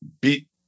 beat